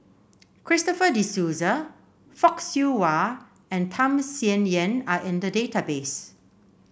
Christopher De Souza Fock Siew Wah and Tham Sien Yen are in the database